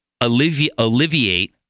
alleviate